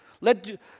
Let